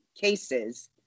cases